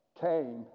came